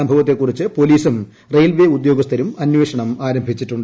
സംഭവത്തെക്കുറിച്ച് പോലീസും റെയിൽവേ ഉദ്യോഗസ്ഥരും അന്വേഷണം ആരംഭിച്ചി ട്ടുണ്ട്